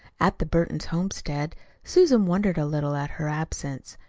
at the burton homestead susan wondered a little at her absence.